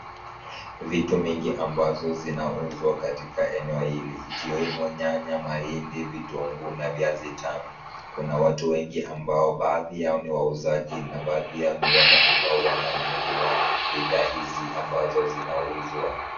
Vitu mingi ambazo zinauzwa katika eneo hili ikiwemo nyanya, mahindi, vitunguu na viazi tamu. Kuna watu wengi ambao baadhi yao ni wauzaji na baadhi yao ni wale ambao wananunua bidhaa hizi ambazo zinauzwa.